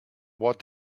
what